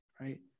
right